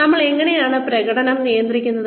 നിങ്ങൾ എങ്ങനെയാണ് പ്രകടനം നിയന്ത്രിക്കുന്നത്